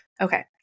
Okay